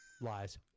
Lies